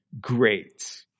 great